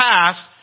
past